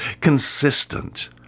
consistent